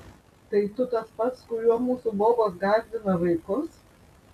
tai tu tas pats kuriuo mūsų bobos gąsdina vaikus